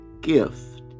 gift